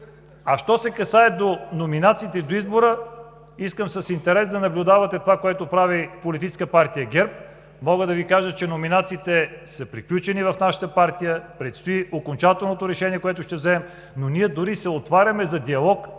А що се касае до номинациите и до избора – искам с интерес да наблюдавате това, което прави Политическа партия ГЕРБ. Мога да Ви кажа, че номинациите са приключени в нашата партия, предстои окончателното решение, което ще вземем. Но ние дори се отваряме за диалог